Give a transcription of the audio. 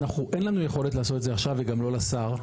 אין לנו יכולת לעשות את זה עכשיו וגם לא לשר,